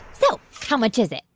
so how much is it?